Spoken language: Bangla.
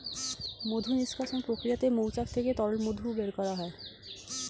মধু নিষ্কাশণ প্রক্রিয়াতে মৌচাক থেকে তরল মধু বের করা হয়